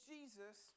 Jesus